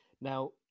Now